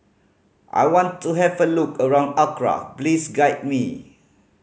I want to have a look around Accra please guide me